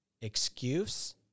excuse